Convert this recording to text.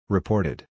Reported